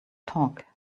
talk